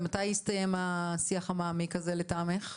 מתי יסתיים השיח המעמיק הזה לטעמך?